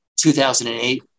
2008